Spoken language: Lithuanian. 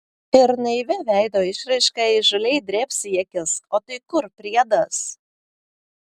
ir naivia veido išraiška įžūliai drėbs į akis o tai kur priedas